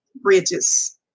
bridges